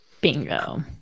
Bingo